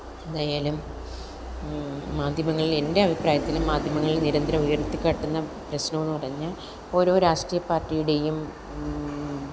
എന്തായലും മാധ്യമങ്ങളിലെന്റെ അഭിപ്രായത്തിൽ മാധ്യമങ്ങള് നിരന്തരം ഉയര്ത്തിക്കാട്ടുന്ന പ്രശ്നമെന്നു പറഞ്ഞാൽ ഓരോ രാഷ്ട്രീയ പാര്ട്ടിയുടെയും